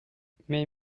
mes